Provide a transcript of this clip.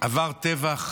עבר טבח